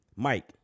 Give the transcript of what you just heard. Mike